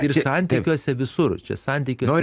ir santykiuose visur čia santykiuose